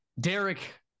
Derek